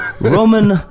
Roman